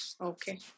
Okay